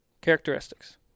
characteristics